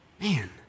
Man